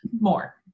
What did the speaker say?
more